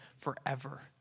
forever